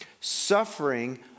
Suffering